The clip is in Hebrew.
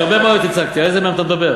יש הרבה בעיות שהצגתי, על איזו מהן אתה מדבר?